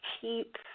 keep